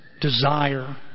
desire